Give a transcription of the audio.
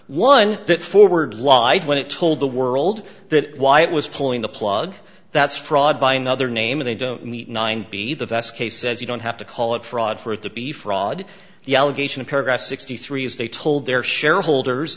one that forward lied when it told the world that why it was pulling the plug that's fraud by another name and they don't meet nine b the best case says you don't have to call it fraud for it to be fraud the allegation of paragraph sixty three dollars is they told their shareholders